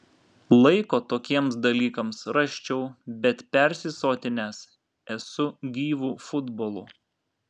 laiko tokiems dalykams rasčiau bet persisotinęs esu gyvu futbolu